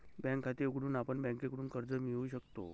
bank खाते उघडून आपण बँकेकडून कर्ज मिळवू शकतो